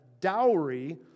dowry